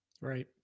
Right